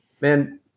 man